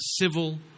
civil